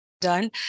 done